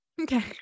Okay